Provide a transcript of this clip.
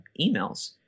emails